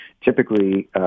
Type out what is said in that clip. Typically